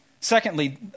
Secondly